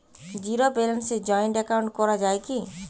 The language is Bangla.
জীরো ব্যালেন্সে জয়েন্ট একাউন্ট করা য়ায় কি?